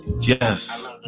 yes